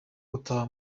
gutaha